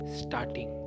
starting